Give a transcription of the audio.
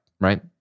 right